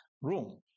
Room